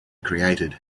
created